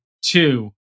two